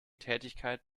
tätigkeit